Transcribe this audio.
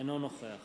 אינו נוכח